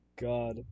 god